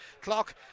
clock